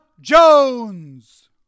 Jones